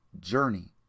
journey